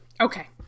Okay